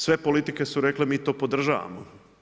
Sve politike su rekle, mi to podržavamo.